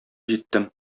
җиттем